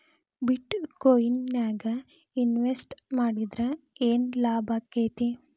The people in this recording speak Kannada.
ಬಿಟ್ ಕೊಇನ್ ನ್ಯಾಗ್ ಇನ್ವೆಸ್ಟ್ ಮಾಡಿದ್ರ ಯೆನ್ ಲಾಭಾಕ್ಕೆತಿ?